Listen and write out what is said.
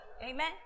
Amen